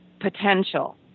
potential